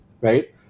right